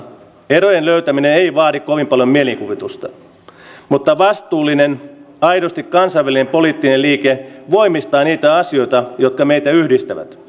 erojen löytäminen ei vaadi kovin paljon mielikuvitusta mutta vastuullinen aidosti kansainvälinen poliittinen liike voimistaa niitä asioita jotka meitä yhdistävät